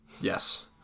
Yes